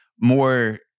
more